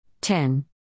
ten